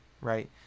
right